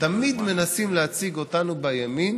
תמיד מנסים להציג אותנו בימין